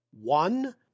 one